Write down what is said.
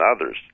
others